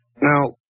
Now